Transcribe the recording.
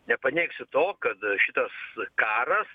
nepaneigsi to kad šitas karas